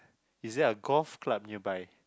is there a golf club nearby